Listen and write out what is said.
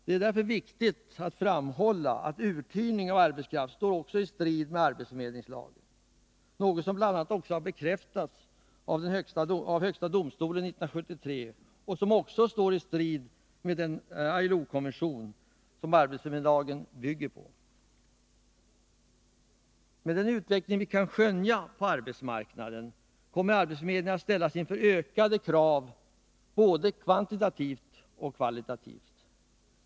Det är därför viktigt att framhålla att uthyrning av arbetskraft står i strid med arbetsförmedlingslagen, vilket bl.a. har bekräftats av högsta domstolen 1973. Det står också i strid med den ILO-konvention som arbetsförmedlingslagen bygger på. Med den utveckling vi kan skönja på arbetsmarknaden kommer arbetsförmedlingen att ställas inför ökade krav både kvantitativt och kvalitativt.